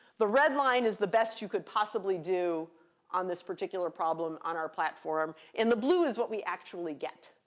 the red line is the best you could possibly do on this particular problem on our platform, and the blue is what we actually get.